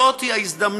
זאת היא ההזדמנות,